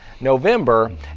November